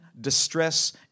distress